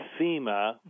FEMA